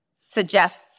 suggests